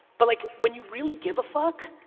but like when you really give a fuck,